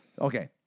Okay